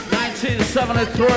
1973